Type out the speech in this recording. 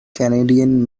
canadian